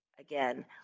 again